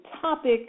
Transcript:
topic